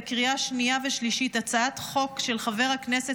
בקריאה שנייה ושלישית הצעת חוק של חבר הכנסת